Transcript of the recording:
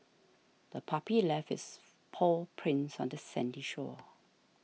the puppy left its paw prints on the sandy shore